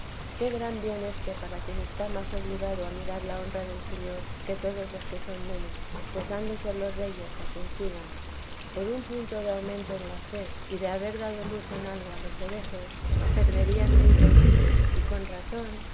qué gran bien éste para quien está más obligado a mirar la honra del señor que todos los que son menos pues han de ser los reyes a quien sigan por un punto de aumento en la fe y de haber dado luz en algo a los herejes perderían mil reinos y con razón